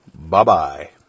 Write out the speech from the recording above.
Bye-bye